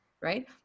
right